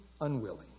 unwilling